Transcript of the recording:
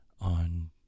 on